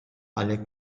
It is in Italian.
alle